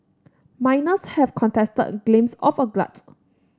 miners have contested claims of a glut